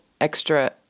extra